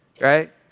right